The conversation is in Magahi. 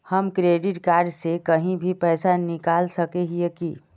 हम क्रेडिट कार्ड से कहीं भी पैसा निकल सके हिये की?